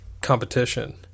competition